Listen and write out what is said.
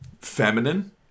feminine